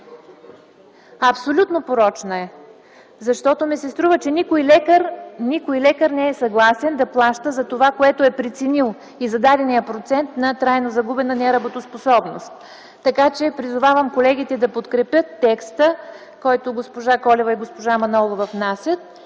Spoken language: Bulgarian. Абсолютно порочна е! Защото ми се струва, че никой лекар не е съгласен да плаща за това, което е преценил, и за дадения процент на трайно загубена неработоспособност. Така че призовавам колегите да подкрепят текста, който госпожа Колева и госпожа Манолова внасят,